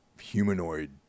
humanoid –